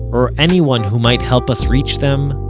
or anyone who might help us reach them,